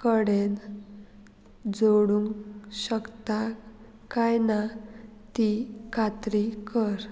कडेन जोडूंक शकता काय ना ती खात्री कर